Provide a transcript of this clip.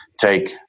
take